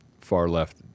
far-left